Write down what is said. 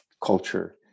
culture